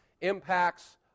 impacts